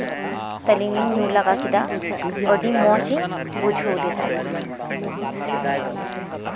ᱛᱟᱹᱞᱤᱧ ᱞᱤᱧ ᱧᱩ ᱞᱮᱜᱟ ᱠᱮᱫᱟ ᱟᱹᱰᱤ ᱢᱚᱸᱡᱤᱧ ᱵᱩᱡᱷᱟᱹᱣ ᱞᱮᱫᱟ